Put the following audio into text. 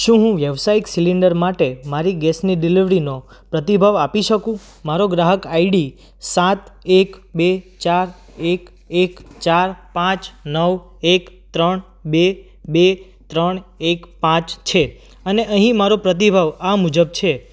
શું હું વ્યવસાયિક સિલિન્ડર માટે મારી ગેસની ડિલિવરીનો પ્રતિભાવ આપી શકું મારો ગ્રાહક આઈડી સાત એક બે ચાર એક એક ચાર પાંચ નવ એક ત્રણ બે બે ત્રણ એક પાંચ છે અને અહીં મારો પ્રતિભાવ આ મુજબ છે